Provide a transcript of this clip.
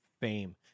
fame